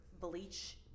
bleach